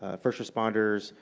ah first responders,